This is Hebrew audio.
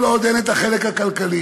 כל עוד אין את החלק הכלכלי.